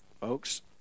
folks